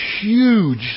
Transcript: huge